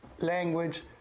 language